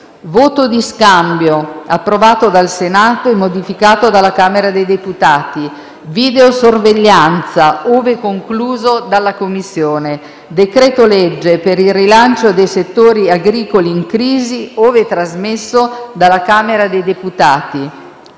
voto di scambio, approvato dal Senato e modificato dalla Camera dei deputati; videosorveglianza, ove concluso dalla Commissione; decreto-legge per il rilancio dei settori agricoli in crisi, ove trasmesso dalla Camera dei deputati.